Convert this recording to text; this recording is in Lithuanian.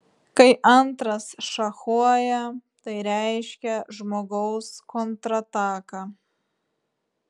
kai antras šachuoja tai reiškia žmogaus kontrataką